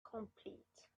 complete